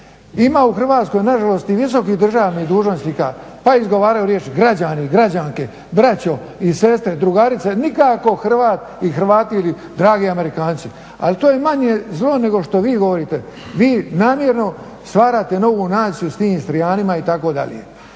Ima u Hrvatskoj nažalost i visokih državnih dužnosnika pa izgovaraju riječi građani, građanke, braćo i sestre, drugarice, nikako Hrvat i Hrvati ili dragi Amerikanci. Ali to je manje zlo nego što vi govorite. Vi namjerno stvarate novu naciju s tim Istrijanima itd.